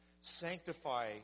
sanctify